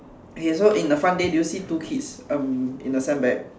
okay so in the front there did you see two kids um in the sandbag